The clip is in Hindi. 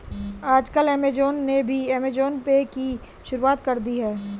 आजकल ऐमज़ान ने भी ऐमज़ान पे की शुरूआत कर दी है